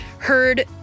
Heard